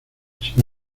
sin